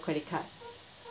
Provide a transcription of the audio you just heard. credit card